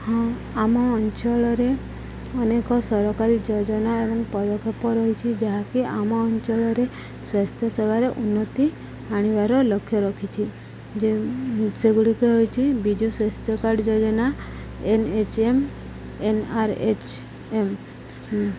ହଁ ଆମ ଅଞ୍ଚଳରେ ଅନେକ ସରକାରୀ ଯୋଜନା ଏବଂ ପଦକ୍ଷେପ ରହିଛି ଯାହାକି ଆମ ଅଞ୍ଚଳରେ ସ୍ୱାସ୍ଥ୍ୟ ସେବାରେ ଉନ୍ନତି ଆଣିବାର ଲକ୍ଷ୍ୟ ରଖିଛିି ଯେ ସେଗୁଡ଼ିକ ହୋଉଛିି ବିଜୁ ସ୍ୱାସ୍ଥ୍ୟ କାର୍ଡ଼ ଯୋଜନା N H M N R H M